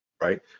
Right